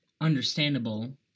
understandable